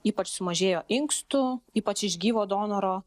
ypač sumažėjo inkstų ypač iš gyvo donoro